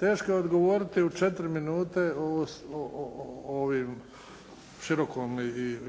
Teško je odgovoriti u 4 minute o ovom širokom